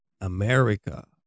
America